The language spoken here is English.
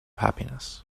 happiness